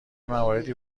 مواردی